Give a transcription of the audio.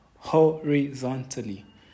Horizontally